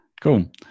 Cool